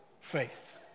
faith